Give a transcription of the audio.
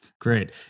Great